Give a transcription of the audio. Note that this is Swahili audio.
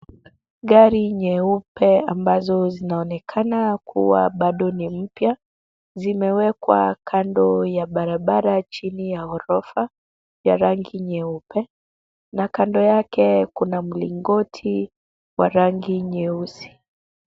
Gari nyeupe ambazo zinaonekana kuwa bado ni mpya, zimewekwa kando ya barabara chini ya gorofa ya rangi nyeupe, na kando yake kuna mlingoti wa rangi nyeusi.